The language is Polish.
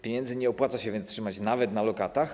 Pieniędzy nie opłaca się trzymać nawet na lokatach.